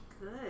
good